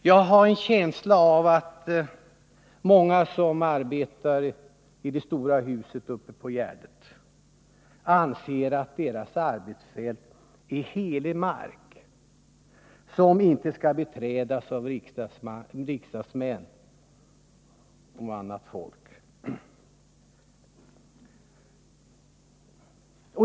Jag har en känsla av att många som arbetar i det stora huset på Gärdet anser att deras arbetsfält är helig mark, som inte skall beträdas av riksdagsmän och annat folk.